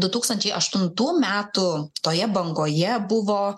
du tūkstančiai aštuntų metų toje bangoje buvo